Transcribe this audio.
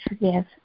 forgive